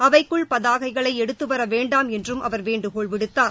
அவைக்குள் பதாகைகளை எடுத்து வர வேண்டாம் என்றும் அவர் வேண்டுகோள் விடுத்தார்